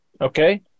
Okay